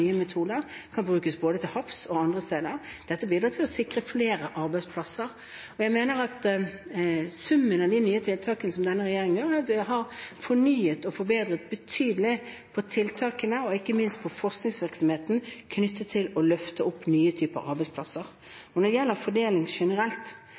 metoder. De kan brukes både til havs og andre steder. Dette bidrar til å sikre flere arbeidsplasser, og jeg mener at summen at de nye tiltakene denne regjeringen gjør, har fornyet og betydelig forbedret tiltakene og ikke minst forskningsvirksomheten knyttet til å løfte frem nye typer